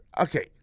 Okay